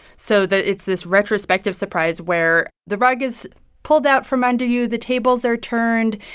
so that it's this retrospective surprise where the rug is pulled out from under you, the tables are turned,